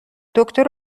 دکتر